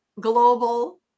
global